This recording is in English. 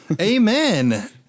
Amen